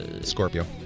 Scorpio